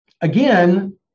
Again